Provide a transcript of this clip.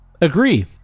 Agree